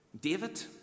David